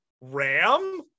Ram